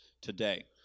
today